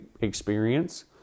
experience